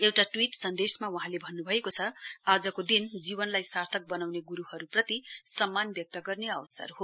एउटा ट्वीट सन्देसमा वहाँले भन्न् भएको छ आजको दिन जीवनलाई सार्थक बनाउने ग्रूहरूप्रति सम्मान व्यक्त गर्ने अवसर हो